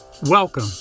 Welcome